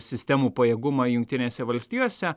sistemų pajėgumą jungtinėse valstijose